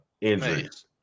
Injuries